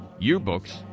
yearbooks